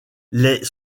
les